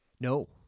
No